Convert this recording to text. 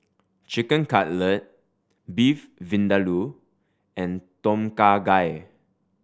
Chicken Cutlet Beef Vindaloo and Tom Kha Gai